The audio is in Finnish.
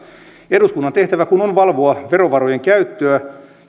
eduskunnan tehtävä kun on valvoa verovarojen käyttöä